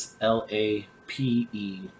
L-A-P-E